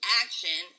action